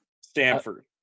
Stanford